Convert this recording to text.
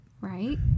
Right